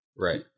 right